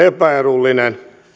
epäedullinen